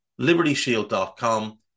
libertyshield.com